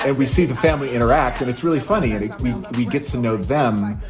and we see the family interact and it's really funny. and we get to know them,